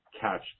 catch